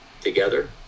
together